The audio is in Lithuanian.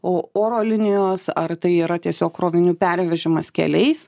o oro linijos ar tai yra tiesiog krovinių pervežimas keliais